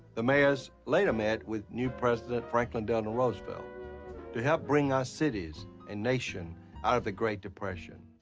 the mayors later met with new president franklin delano roosevelt to help bring our cities and nation out of the great depression.